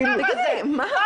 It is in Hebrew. אתם אשמים במצב הזה.